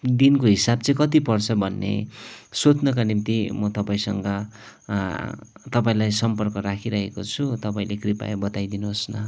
दिनको हिसाब चाहिँ कति पर्छ भन्ने सोध्नका निम्ति म तपाईँसँग तपाईँलाई सम्पर्क राखिरहेको छु तपाईँले कृपया बताइदिनुहोस् न